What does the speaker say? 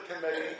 committee